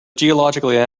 geologically